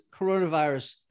coronavirus